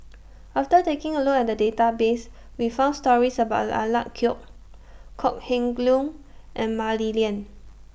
after taking A Look At The Database We found stories about Alec Kuok Kok Heng Leun and Mah Li Lian